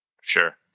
Sure